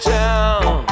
town